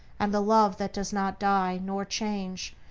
and the love that does not die, nor change,